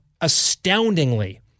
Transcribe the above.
astoundingly